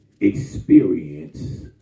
experience